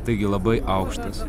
taigi labai aukštas